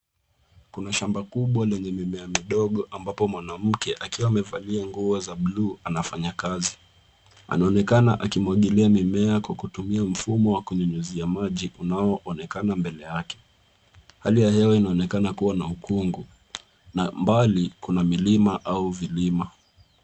Kuna shamba kubwa lenye mimea midogo ambapo mwanamke akiwa amevalia nguo za bluu anafanya kazi. Anaonekana akimwagilia mimea kwa kutumia mfumo wa kunyunyizia maji unaoonekana mbele yake. Hali ya hewa inaonekana kuwa na ukungu na mbali kuna milima au vilima.